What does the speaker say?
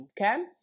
Okay